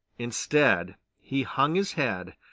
instead he hung his head,